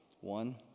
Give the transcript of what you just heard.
One